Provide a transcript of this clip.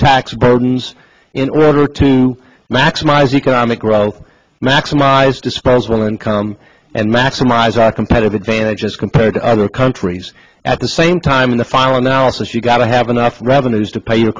tax in order to maximize economic growth maximize disposable income and maximize our competitive advantage as compared to other countries at the same time in the final analysis you've got to have enough revenues to pay your